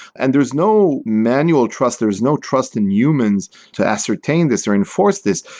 and there is no manual trust. there is no trust in humans to ascertain this or enforce this.